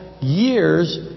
years